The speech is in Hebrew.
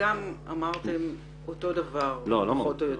וגם אמרתם אותו דבר פחות או יותר.